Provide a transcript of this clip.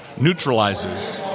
neutralizes